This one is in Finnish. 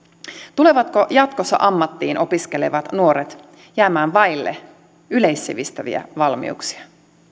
tulevatko jatkossa ammattiin opiskelevat nuoret jäämään vaille yleissivistäviä valmiuksia